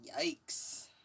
yikes